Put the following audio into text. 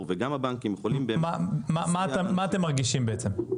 וגם הבנקים יכולים --- מה אתם מרגישים בעצם?